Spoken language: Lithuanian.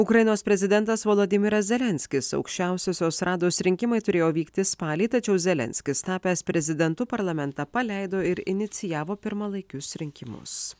ukrainos prezidentas volodymyras zelenskis aukščiausiosios rados rinkimai turėjo vykti spalį tačiau zelenskis tapęs prezidentu parlamentą paleido ir inicijavo pirmalaikius rinkimus